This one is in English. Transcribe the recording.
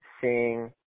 seeing